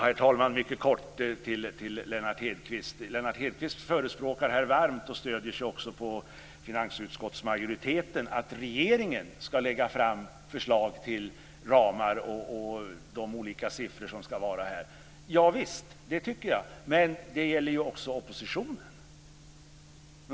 Herr talman! Lennart Hedquist förespråkar här varmt, och stöder sig också på finansutskottsmajoriteten, att regeringen ska lägga fram förslag till ramar och de olika siffror som ska gälla. Javisst, det tycker också jag. Men det ska också gälla oppositionen.